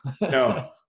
No